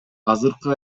азыркы